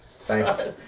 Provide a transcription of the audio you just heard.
Thanks